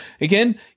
Again